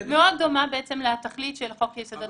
התכלית מאוד דומה לתכלית של חוק יסודות